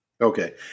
Okay